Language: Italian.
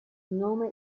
nome